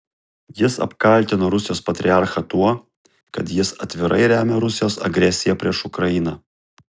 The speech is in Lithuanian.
jis apkaltino rusijos patriarchą tuo kad jis atvirai remia rusijos agresiją prieš ukrainą